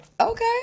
Okay